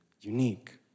Unique